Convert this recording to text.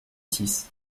six